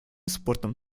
спортом